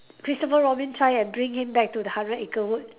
Christopher Robin try and bring him back to the hundred acre wood